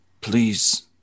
Please